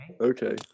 okay